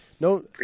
No